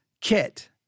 kit